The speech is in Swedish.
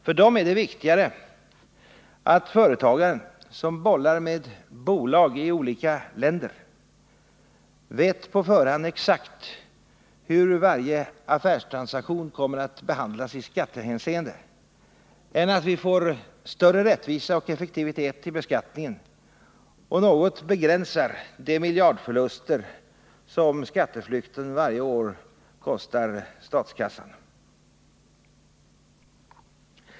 För dem är det viktigare att företagaren som bollar med bolag i olika länder på förhand exakt vet hur varje affärstransaktion kommer att behandlas i skattehänseende än att vi får större rättvisa och effektivitet i beskattningen och att vi något begränsar de miljardförluster som skatteflykten varje år kostar statskassan.